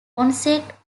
onset